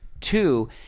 Two